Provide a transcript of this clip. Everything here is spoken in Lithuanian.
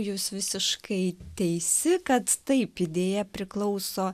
jūs visiškai teisi kad taip idėja priklauso